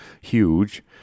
huge